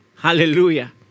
Hallelujah